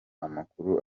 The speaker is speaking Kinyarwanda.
amakuru